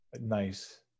Nice